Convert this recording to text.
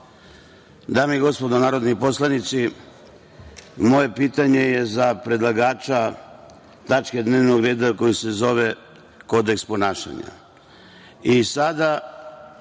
Dame i gospodo narodni poslanici, moje pitanje je za predlagača tačke dnevnog reda koja se zove kodeks ponašanja.